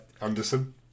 Anderson